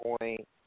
point